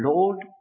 Lord